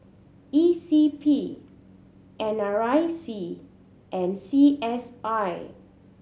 E C P N R IC and C S I